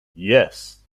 yes